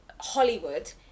Hollywood